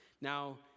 Now